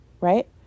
right